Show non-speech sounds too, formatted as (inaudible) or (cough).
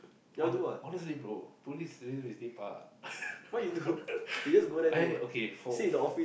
honest~ honestly bro police little bit lepak (laughs) I okay for